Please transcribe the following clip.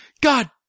god